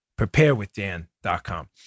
preparewithdan.com